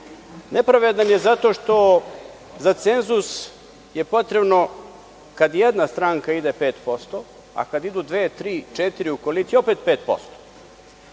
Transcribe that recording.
Nepravedan je zato što za cenzus je potrebno, kad jedna stranka ide 5%, a kada idu dve, tri, četiri